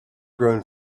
grown